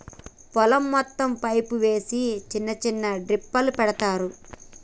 పొలం మొత్తం పైపు వేసి చిన్న చిన్న డ్రిప్పులు పెడతార్